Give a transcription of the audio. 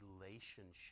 relationship